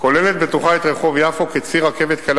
כוללת בתוכה את רחוב יפו כציר רכבת קלה